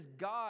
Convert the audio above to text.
God